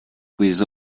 with